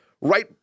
right